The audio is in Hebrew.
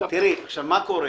תראי, עכשיו מה קורה?